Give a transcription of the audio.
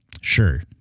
Sure